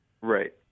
Right